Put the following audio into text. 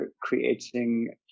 creating